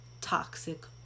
toxic